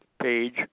page